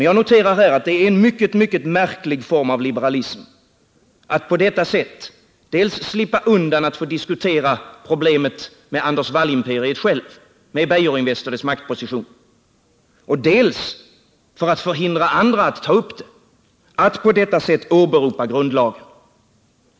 Jag noterar att det är en mycket, mycket märklig form av liberalism att på detta sätt dels slippa undan att diskutera problemet med Anders Wallimperiet självt och med Beijerinvest och dess maktposition, dels att hindra andra från att ta upp det genom att på detta sätt åberopa grundlagen.